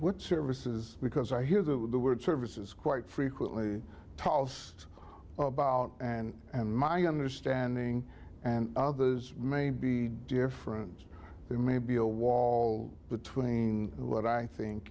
what services because i hear the word services quite frequently top of about and and my understanding and others may be different it may be a wall between what i think